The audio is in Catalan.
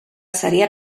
seria